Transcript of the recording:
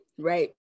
right